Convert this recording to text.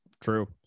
true